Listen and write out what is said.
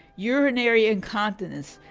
urinary incontinence,